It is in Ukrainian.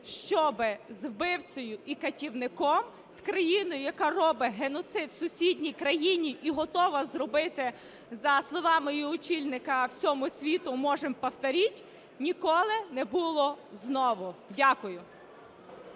щоби з вбивцею і катівником, з країною, яка робить геноцид в сусідній країні і готова зробити, за словами її очільника, всьому світу "можем повторить", ніколи не було знову. Дякую.